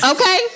Okay